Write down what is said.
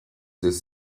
ist